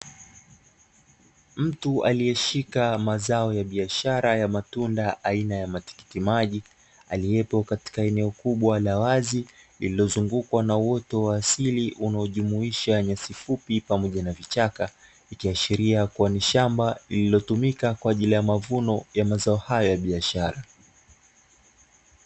Mtu aliyeshika mazao ya biashara ya matunda aina ya matikiti maji, aliyepo katika eneo kubwa la wazi lililozungukwa na uoto wa asili, unaojumlisha nyasi fupi pamoja na vichaka; ikiashiria kuwa ni shamba lilitomika kwa ajili ya mavuno ya mazao haya ya biashara.